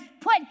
put